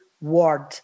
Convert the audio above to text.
word